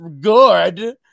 good